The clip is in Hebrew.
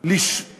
אתה